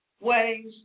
ways